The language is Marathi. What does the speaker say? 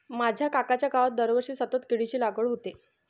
माझ्या काकांच्या गावात दरवर्षी सतत केळीची लागवड होते